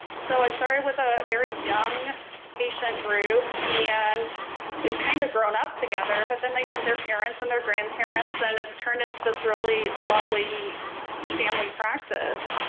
so it started with a very young patient group and we've kind of grown up together but then they sent their parents and their grandparents and it's turned into this really lovely family practice.